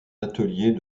atelier